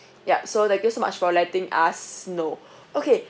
yup so thank you so much for letting us know okay